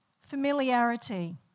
familiarity